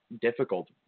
difficult